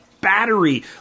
battery